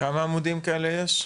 כמה עמודים כאלה יש?